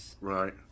Right